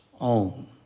own